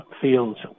fields